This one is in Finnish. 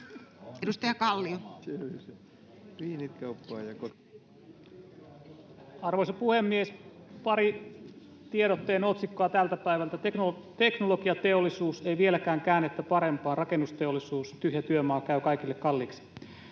Edustaja Kallio. Arvoisa puhemies! Pari tiedotteen otsikkoa tältä päivältä: Teknologiateollisuus, ”Ei vieläkään käännettä parempaan.” Rakennusteollisuus, ”Tyhjä työmaa käy kaikille kalliiksi.”